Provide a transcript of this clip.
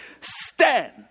stand